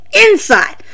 inside